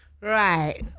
Right